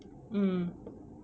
mm